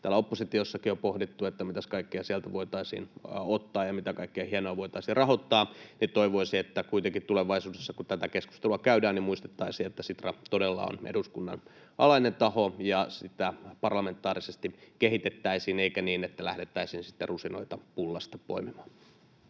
täällä oppositiossakin on pohdittu, että mitäs kaikkea sieltä voitaisiin ottaa ja mitä kaikkea hienoa voitaisiin rahoittaa, niin toivoisin, että kuitenkin tulevaisuudessa, kun tätä keskustelua käydään, muistettaisiin, että Sitra todella on eduskunnan alainen taho ja sitä parlamentaarisesti kehitettäisiin — eikä niin, että lähdettäisiin sitten rusinoita pullasta poimimaan.